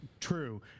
True